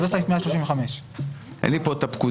זה סעיף 135. אין לי פה את הפקודה.